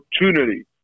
opportunity